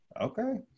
Okay